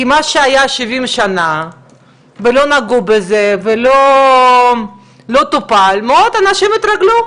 כי מה שהיה 70 שנה ולא נגעו בזה ולא טופל אנשים התרגלו.